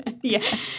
Yes